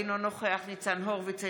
אינו נוכח ניצן הורוביץ,